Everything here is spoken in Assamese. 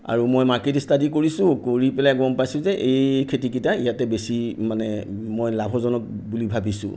আৰু মই মাৰ্কেট ষ্টাডি কৰিছোঁ কৰি পেলাই গম পাইছোঁ যে এই খেতিকেইটা ইয়াতেই বেছি মানে মই লাভজনক বুলি ভাবিছোঁ